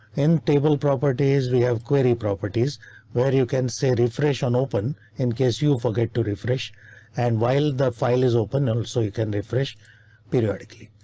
in table properties we have query properties where you can say refresh on open in case you forget to refresh and while the file is open also you can refresh periodically.